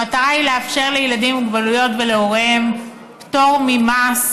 המטרה היא לאפשר לילדים עם מוגבלויות ולהוריהם פטור ממס